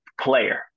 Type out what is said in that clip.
player